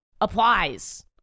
applies